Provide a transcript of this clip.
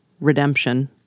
redemption